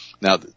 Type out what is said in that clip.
Now